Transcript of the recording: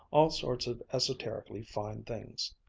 all sorts of esoterically fine things.